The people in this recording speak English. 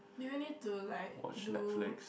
do you need to like do